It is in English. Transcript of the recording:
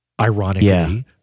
ironically